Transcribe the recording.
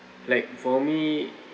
like for me